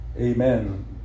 amen